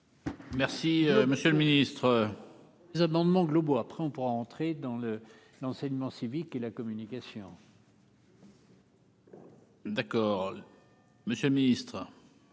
Merci, monsieur le Ministre. Les amendements globaux, après on pourra entrer dans le l'enseignement civique et la communication. D'accord. Monsieur le Ministre.